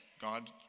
god